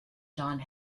john